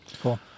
cool